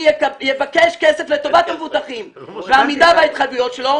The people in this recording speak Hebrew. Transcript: יבקש כסף לטובת המבוטחים ועמידה בהתחייבות שלו.